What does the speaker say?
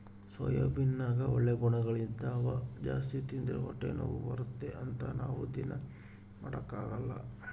ಸೋಯಾಬೀನ್ನಗ ಒಳ್ಳೆ ಗುಣಗಳಿದ್ದವ ಜಾಸ್ತಿ ತಿಂದ್ರ ಹೊಟ್ಟೆನೋವು ಬರುತ್ತೆ ಅಂತ ನಾವು ದೀನಾ ಮಾಡಕಲ್ಲ